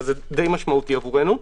וזה די משמעותי עבורנו.